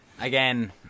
Again